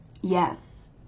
yes